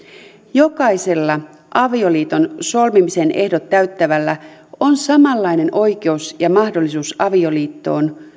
jokaisella avioliiton solmimisen ehdot täyttävällä on samanlainen oikeus ja mahdollisuus avioliittoon